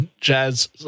Jazz